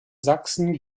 sachsen